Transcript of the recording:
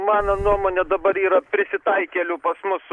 mano nuomone dabar yra prisitaikėlių pas mus